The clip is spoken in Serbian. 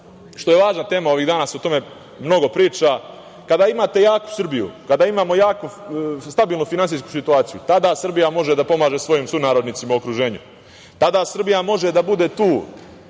što je važna tema i ovih dana se mnogo priča. Kada imate jaku Srbiju, kada imamo stabilnu finansijsku situaciju, tada Srbija može da pomaže svojim sunarodnicima u okruženju, tada Srbija može da bude tu,